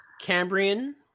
Cambrian